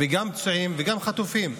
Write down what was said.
גם פצועים וגם חטופים.